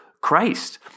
Christ